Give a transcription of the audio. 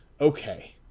okay